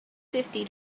fifty